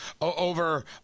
over